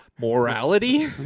morality